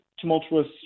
tumultuous